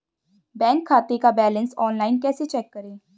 Bank खाते का balance online कैसे चेक करें?